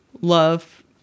love